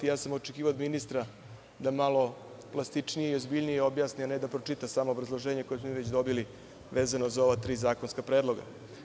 Ja sam očekivao od ministra da malo plastičnije i ozbiljnije objasni, a ne da pročita samo obrazloženje koje smo već dobili, vezano za ova tri zakonska predloga.